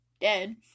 dead